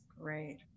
great